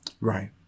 Right